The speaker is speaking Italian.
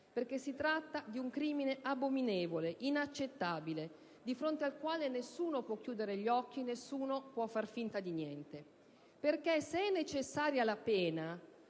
perché si tratta di un crimine abominevole, inaccettabile, di fronte al quale nessuno può chiudere gli occhi e nessuno può far finta di niente. Se è necessaria la pena,